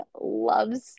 loves